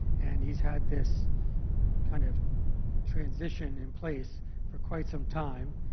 and he's had this kind of transition in place for quite some time.